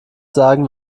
sagen